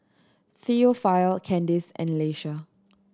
Theophile Candice and Leisa